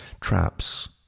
traps